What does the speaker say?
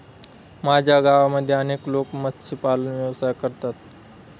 माझ्या गावामध्ये अनेक लोक मत्स्यपालन व्यवसाय करतात